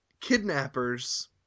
kidnappers